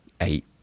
eight